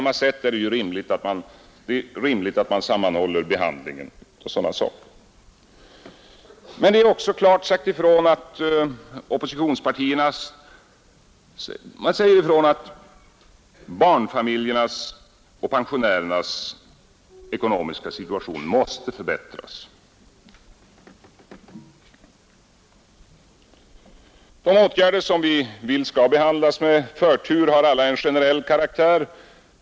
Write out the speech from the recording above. Men oppositionspartierna har också klart sagt ifrån att barnfamiljernas och pensionärernas ekonomiska situation mäste förbättras. De åtgärder som vi vill skall behandlas med förtur har alla en generell karaktär.